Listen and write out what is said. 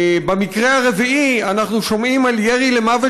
במקרה הרביעי אנחנו שומעים על ירי למוות